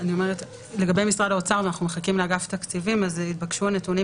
לא פה להתווכח על הרחבת הרשימות האדומות